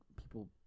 people